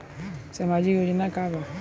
सामाजिक योजना का बा?